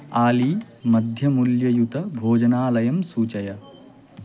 आली मध्यमूल्ययुतभोजनालयं सूचय